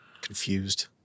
confused